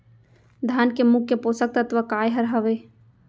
धान के मुख्य पोसक तत्व काय हर हावे?